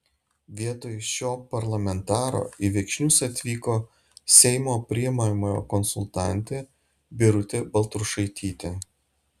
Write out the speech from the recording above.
vietoj šio parlamentaro į viekšnius atvyko seimo priimamojo konsultantė birutė baltrušaitytė